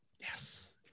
yes